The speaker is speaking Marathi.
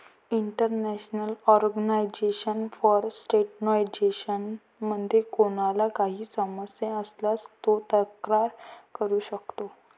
इंटरनॅशनल ऑर्गनायझेशन फॉर स्टँडर्डायझेशन मध्ये कोणाला काही समस्या असल्यास तो तक्रार करू शकतो